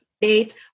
date